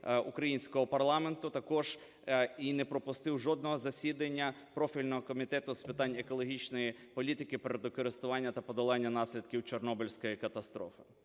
українського парламенту, також і не пропустив жодного засідання профільного Комітету з питань екологічної політики, природокористування та подолання наслідків Чорнобильської катастрофи.